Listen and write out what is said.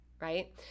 right